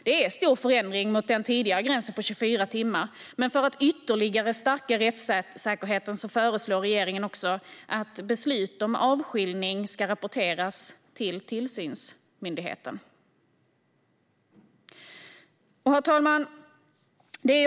Det är en stor förändring från den tidigare gränsen på 24 timmar, och för att ytterligare stärka rättssäkerheten föreslår regeringen också att beslut om avskiljning ska rapporteras till tillsynsmyndigheten. Herr talman!